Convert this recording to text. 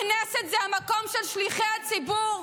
הכנסת זה המקום של שליחי הציבור,